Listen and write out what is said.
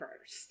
first